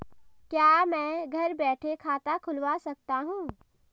क्या मैं घर बैठे खाता खुलवा सकता हूँ?